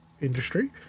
industry